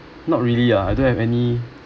not really ah I don't have any